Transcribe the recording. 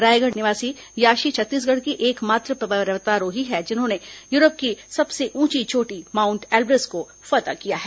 रायगढ़ निवासी याशी छत्तीसगढ़ की एक मात्र पर्वतरोही है जिन्होंने यूरोप की सबसे ऊंची चोटी माउंट एल्ब्रस को फतह किया है